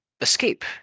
escape